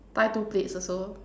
tie two plaits also